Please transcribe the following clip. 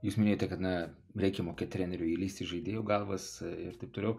jūs minėjote kad na reikia mokėt treneriui įlįst į žaidėjų galvas ir taip toliau